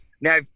now